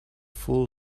full